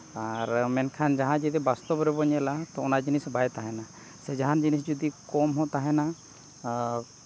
ᱟᱨ ᱢᱮᱱᱠᱷᱟᱱ ᱡᱟᱦᱟᱸ ᱡᱩᱫᱤ ᱵᱟᱥᱛᱚᱵ ᱨᱮᱵᱚᱱ ᱧᱮᱞᱟ ᱚᱱᱟ ᱡᱤᱱᱤᱥ ᱵᱟᱭ ᱛᱟᱦᱮᱱᱟ ᱥᱮ ᱡᱟᱦᱟᱱ ᱡᱤᱱᱤᱥ ᱡᱩᱫᱤ ᱠᱚᱢ ᱦᱚᱸ ᱛᱟᱦᱮᱱᱟ ᱟᱨ